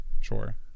Sure